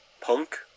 punk